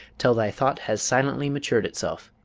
till thy thought has silently matured itself.